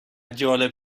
جالب